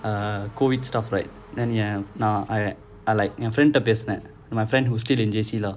ah COVID stuff right then ya you know I I like ஏன்:yaen friend கிட்ட பேசுனேன்:kitta pesunaen my friend who's still in J_C lor